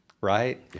right